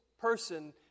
person